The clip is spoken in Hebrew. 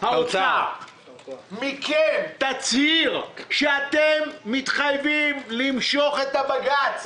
האוצר תצהיר מכם שאתם מתחייבים למשוך את העתירה בבג"ץ?